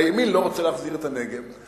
הימין לא רוצה להחזיר את הנגב,